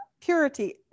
purity